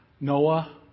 Noah